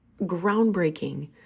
groundbreaking